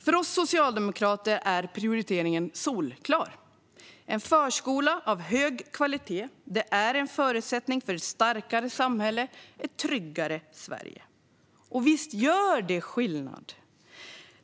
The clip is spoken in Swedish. För oss socialdemokrater är prioriteringen solklar: En förskola av hög kvalitet är en förutsättning för ett starkare samhälle och ett tryggare Sverige. Och visst gör det skillnad.